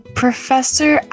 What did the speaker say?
professor